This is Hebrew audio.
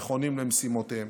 נכונים למשימותיהם.